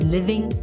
Living